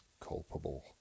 culpable